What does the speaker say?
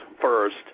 first